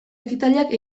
ekitaldiak